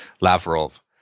Lavrov